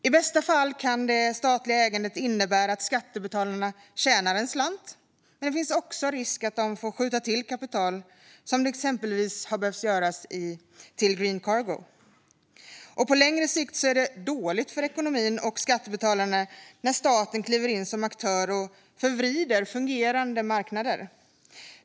I bästa fall kan det statliga ägandet innebära att skattebetalarna tjänar en slant, men det finns också en risk att de får skjuta till kapital som det exempelvis behövt göras till Green Cargo. På längre sikt är det dåligt för ekonomin, och skattebetalarna, när staten kliver in som aktör och förvrider fungerande marknader.